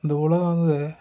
இந்த உலகம் வந்து